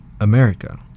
America